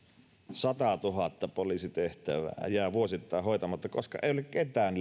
satatuhatta poliisitehtävää jää vuosittain hoitamatta koska ei ole ketään